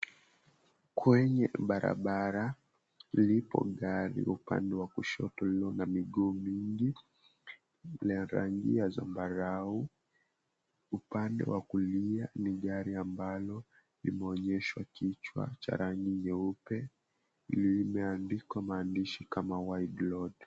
Kwenye barabara, lipo gari upande wa kushoto lililo na miguu mingi, na rangi ya zambarau. Upande wa kulia ni gari ambalo limeonyeshwa kichwa cha rangi nyeupe. Limeandikwa maandishi kama, Wide Load.